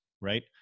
right